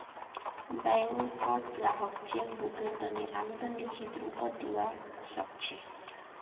बैंकत ग्राहक चेक बुकेर तने आवेदन लिखित रूपत दिवा सकछे